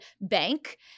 bank